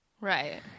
Right